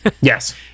Yes